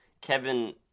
kevin